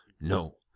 No